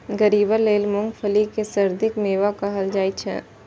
गरीबक लेल मूंगफली कें सर्दीक मेवा कहल जाइ छै